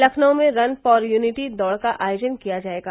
लखनऊ में run for unity दौड़ का आयोजन किया जायेगा